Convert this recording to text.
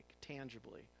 tangibly